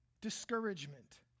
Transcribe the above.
discouragement